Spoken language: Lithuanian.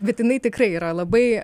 bet jinai tikrai yra labai